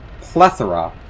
plethora